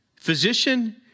physician